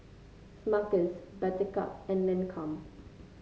Smuckers Buttercup and Lancome